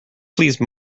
please